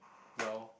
well